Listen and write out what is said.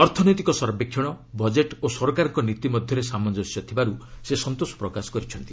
ଅର୍ଥନୈତିକ ସର୍ବେକ୍ଷଣ ବଜେଟ୍ ଓ ସରକାରଙ୍କ ନୀତି ମଧ୍ୟରେ ସାମଞ୍ଜସ୍ୟ ଥିବାରୁ ସେ ସନ୍ତୋଷ ପ୍ରକାଶ କରିଛନ୍ତି